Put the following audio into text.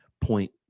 point